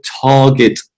target